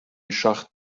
schacht